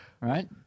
Right